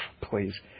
please